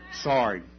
Sorry